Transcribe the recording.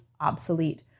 obsolete